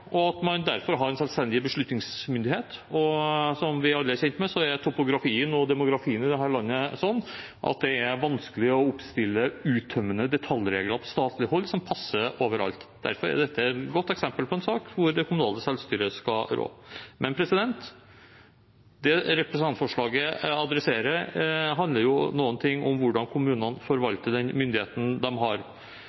og at man derfor har en selvstendig beslutningsmyndighet. Som vi alle er kjent med, er topografien og demografien i dette landet sånn at det er vanskelig å oppstille uttømmende detaljregler på statlig hold som passer overalt. Derfor er dette et godt eksempel på en sak hvor det kommunale selvstyret skal rå. Det representantforslaget adresserer, handler noe om hvordan kommunene